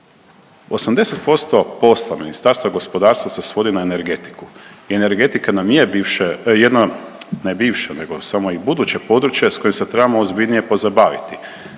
80% posla Ministarstva gospodarstva se svodi na energetiku. Energetika nam je bivše, jedna, ne bivša nego samo i buduće područje s kojim se trebamo ozbiljnije pozabaviti.